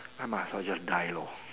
I might as well just die lor